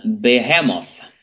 Behemoth